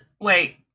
Wait